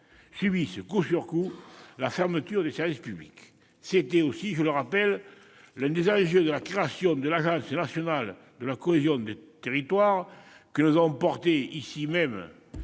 subisse coup sur coup plusieurs fermetures de services publics. C'était là, je le rappelle, l'un des enjeux de la création de l'Agence nationale de la cohésion des territoires, que nous avons portée ici même